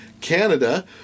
Canada